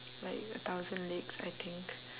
like a thousand legs I think